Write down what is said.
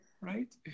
right